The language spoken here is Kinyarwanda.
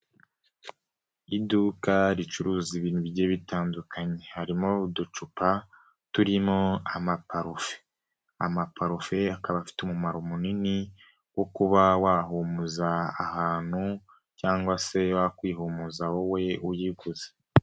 Iduka ricuruza ibintu bye bitandukanye, harimo uducupa turimo amaparufe, amaparufe akaba afite umumaro munini wo kuba wahumuriza ahantu cyangwa se wakwihumuza wowe uyiguze.